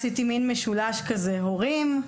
עשיתי מן משולש כזה: הורים,